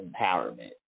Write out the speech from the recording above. empowerment